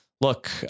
look